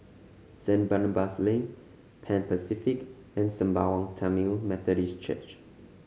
Saint Barnabas Lane Pan Pacific and Sembawang Tamil Methodist Church